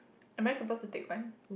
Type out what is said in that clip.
am I supposed to take one